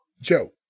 Joe